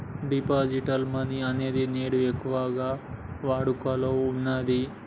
digital money అనేది నేడు ఎక్కువగా వాడుకలో ఉన్నది